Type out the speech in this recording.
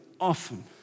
often